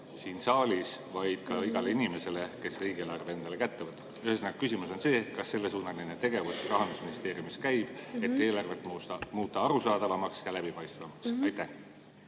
siin saalis, vaid ka igale inimesele, kes riigieelarve kätte võtab. Ühesõnaga, küsimus on see: kas sellesuunaline tegevus Rahandusministeeriumis käib, et muuta eelarvet arusaadavamaks ja läbipaistvamaks? Aitäh,